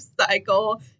cycle